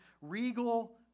regal